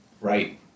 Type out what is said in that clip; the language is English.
right